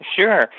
Sure